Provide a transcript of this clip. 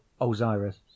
Osiris